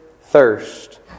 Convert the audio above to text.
thirst